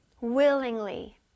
willingly